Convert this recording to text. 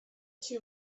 two